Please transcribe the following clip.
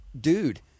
dude